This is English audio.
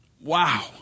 Wow